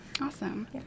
Awesome